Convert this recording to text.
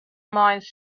minds